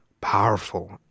Powerful